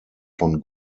von